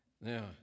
now